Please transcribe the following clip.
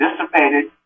dissipated